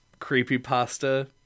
creepypasta